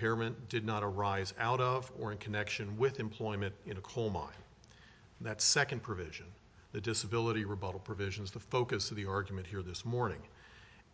impairment did not arise out of or in connection with employment in a coal mine and that second provision the disability rebuttal provisions the focus of the argument here this morning